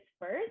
first